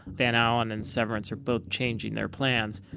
van alen and severance are both changing their plans.